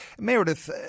Meredith